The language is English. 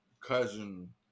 cousin